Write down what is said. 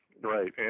right